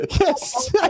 Yes